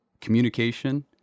communication